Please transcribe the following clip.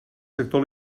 sector